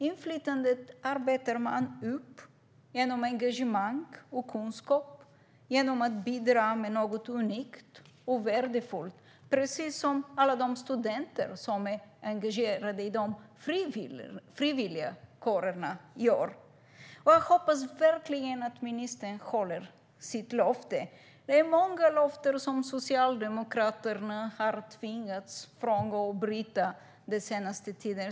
Inflytandet arbetar man upp genom engagemang och kunskap och genom att bidra med något unikt och värdefullt, precis som alla de studenter som är engagerade i de frivilliga kårerna gör. Jag hoppas verkligen att ministern håller sitt löfte. Det är många löften som Socialdemokraterna har tvingats frångå och bryta den senaste tiden.